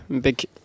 big